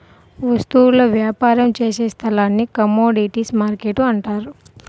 వస్తువుల వ్యాపారం చేసే స్థలాన్ని కమోడీటీస్ మార్కెట్టు అంటారు